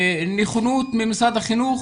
נכונות ממשרד החינוך,